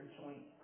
joint